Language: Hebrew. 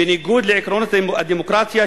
בניגוד לעקרונות הדמוקרטיה,